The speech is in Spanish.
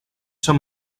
son